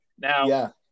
Now